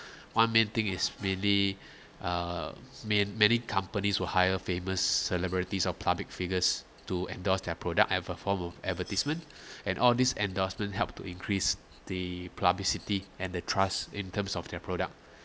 one main thing is mainly uh man~ many companies will hire famous celebrities of public figures to endorse their product ever form of advertisement and all these endorsement helped to increase the publicity and the trust in terms of their product